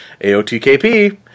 AOTKP